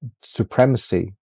supremacy